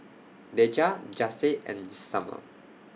Deja Jase and Summer